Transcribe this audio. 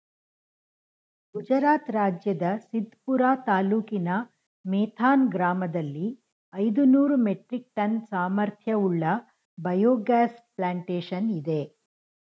ಗುಜರಾತ್ ರಾಜ್ಯದ ಸಿದ್ಪುರ ತಾಲೂಕಿನ ಮೇಥಾನ್ ಗ್ರಾಮದಲ್ಲಿ ಐದುನೂರು ಮೆಟ್ರಿಕ್ ಟನ್ ಸಾಮರ್ಥ್ಯವುಳ್ಳ ಬಯೋಗ್ಯಾಸ್ ಪ್ಲಾಂಟೇಶನ್ ಇದೆ